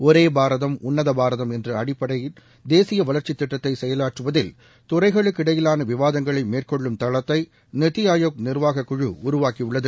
ஒரே பாரதம் உன்னத பாரதம் என்ற அடிப்படை தேசிய வளர்ச்சித் திட்டத்தை செயலாற்றுவதில் துறைகளுக்கிடையிலான விவாதங்களை மேற்கொள்ளும் தளத்தை நித்தி ஆயோக் நிர்வாக குழு உருவாக்கியுள்ளது